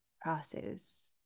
process